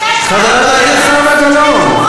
תפסיקו כבר עם ההשתלחות וההסתה.